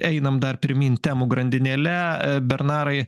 einam dar pirmyn temų grandinėle e bernarai